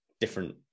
different